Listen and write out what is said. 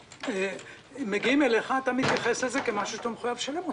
וכאשר מגיעים אליך אתה מתייחס אל זה כמשהו שאתה מחויב לשלם אותו.